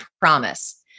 promise